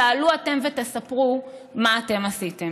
תעלו אותם ותספרו מה אתם עשיתם.